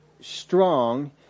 strong